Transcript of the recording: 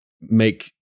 make